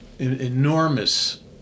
enormous